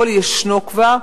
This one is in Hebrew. הכול ישנו כבר.